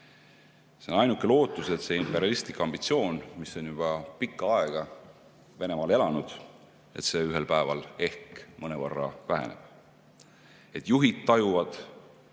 See on ainuke lootus, et see imperialistlik ambitsioon, mis on juba pikka aega Venemaal elanud, ühel päeval ehk mõnevõrra väheneb, et juhid tajuvad